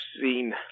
seen